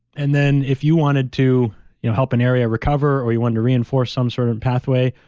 and then if you wanted to you know help an area recover, or you wanted to reinforce some sort of pathway,